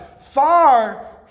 far